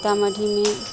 सीतामढ़ीमे